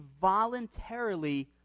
voluntarily